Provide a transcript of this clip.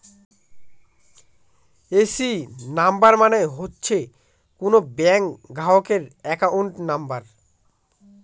AC number মানে হচ্ছে কোনো ব্যাঙ্ক গ্রাহকের একাউন্ট নাম্বার